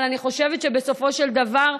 אבל אני חושבת שבסופו של דבר,